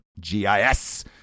GIS